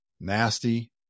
nasty